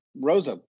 Rosa